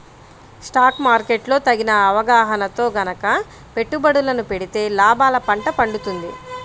stock market లో తగిన అవగాహనతో గనక పెట్టుబడులను పెడితే లాభాల పండ పండుతుంది